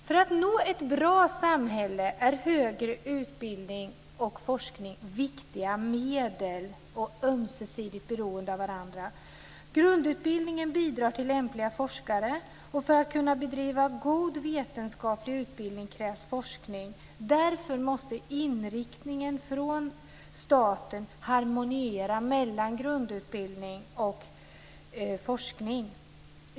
För att vi ska nå ett bra samhälle är högre utbildning och forskning viktiga medel, och de är ömsesidigt beroende av varandra. Grundutbildningen bidrar till lämpliga forskare. För att kunna bedriva god vetenskaplig utbildning krävs forskning. Därför måste inriktningen från staten harmoniera mellan grundutbildning och forskning.